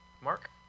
Mark